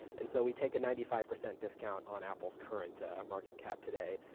and so we take a ninety five percent discount on apple's current ah market cap today.